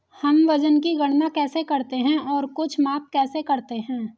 हम वजन की गणना कैसे करते हैं और कुछ माप कैसे करते हैं?